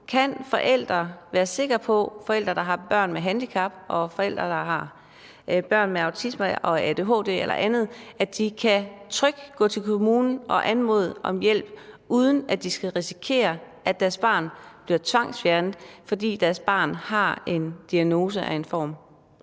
andet, kan være sikre på, at de trygt kan gå til kommunen og anmode om hjælp, uden at de skal risikere, at deres barn bliver tvangsfjernet, fordi deres barn har en form for